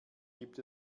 gibt